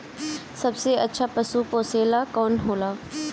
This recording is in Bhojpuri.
सबसे अच्छा पशु पोसेला कौन होला?